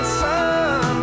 sun